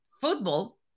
football